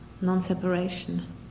non-separation